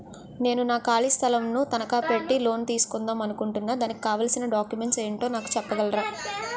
నేను నా ఖాళీ స్థలం ను తనకా పెట్టి లోన్ తీసుకుందాం అనుకుంటున్నా దానికి కావాల్సిన డాక్యుమెంట్స్ ఏంటో నాకు చెప్పగలరా?